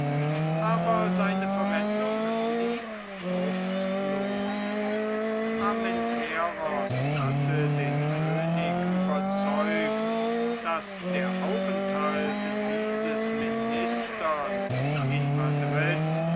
aber seine verwendung blieb fruchtlos armenteros hatte den könig überzeugt daß der aufenthalt dieses ministers in madrid